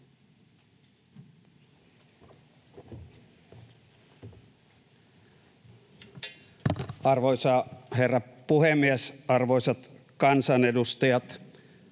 Arvoisa herra puhemies! Arvoisat kansanedustajat!